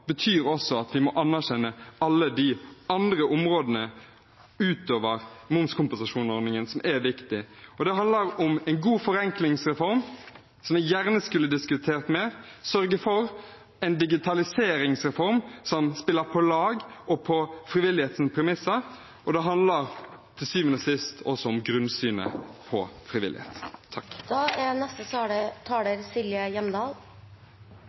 betyr også at vi må anerkjenne alle de andre områdene utover momskompensasjonsordningen som er viktige. Det handler om en god forenklingsreform, som jeg gjerne skulle diskutert mer, om å sørge for en digitaliseringsreform som spiller på lag og på frivillighetens premisser, og det handler til syvende og sist også om grunnsynet på frivillighet.